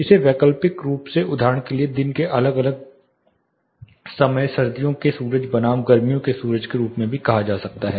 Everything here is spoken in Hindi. इसे वैकल्पिक रूप से उदाहरण के लिए दिन के अलग अलग समय सर्दियों के सूरज बनाम गर्मियों के सूरज के रूप में भी कहा जा सकता है